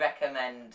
recommend